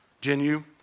Genu